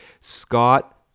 Scott